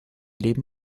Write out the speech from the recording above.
leben